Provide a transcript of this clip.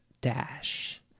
Dash